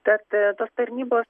tad tos tarnybos